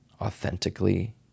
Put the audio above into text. authentically